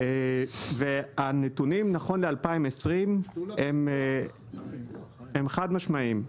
והנתונים נכון ל-2020 הם חד משמעיים.